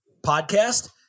podcast